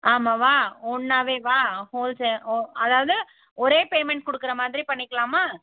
ஆமாவா ஒன்றாவேவா wholesale ஓ அதாவது ஒரே பேமெண்ட் கொடுக்கற மாதிரி பண்ணிக்கலாமா